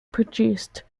produced